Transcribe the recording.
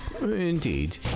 Indeed